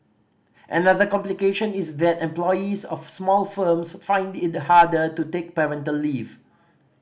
another complication is that employees of small firms find it harder to take parental leave